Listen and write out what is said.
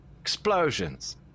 explosions